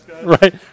Right